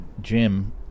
Jim